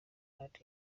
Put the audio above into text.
kandi